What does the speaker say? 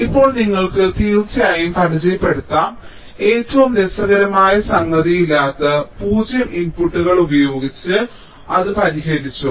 ഇപ്പോൾ നിങ്ങൾക്ക് തീർച്ചയായും പരിചയപ്പെടുത്താം ഏറ്റവും രസകരമായ സംഗതിയല്ലാത്ത പൂജ്യം ഇൻപുട്ടുകൾ ഉപയോഗിച്ച് ഞങ്ങൾ അത് പരിഹരിച്ചു